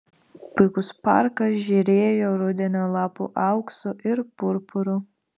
puikus parkas žėrėjo rudenio lapų auksu ir purpuru